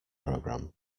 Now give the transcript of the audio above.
program